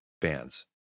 bands